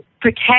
protect